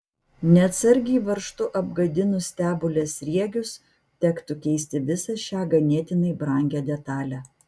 neatsargiai varžtu apgadinus stebulės sriegius tektų keisti visą šią ganėtinai brangią detalę